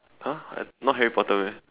!huh! I not Harry Potter meh